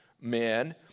men